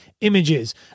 images